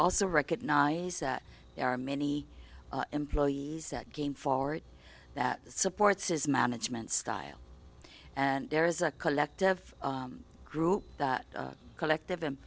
also recognize that there are many employees that game forward that supports his management style and there is a collective group that collective him